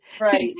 right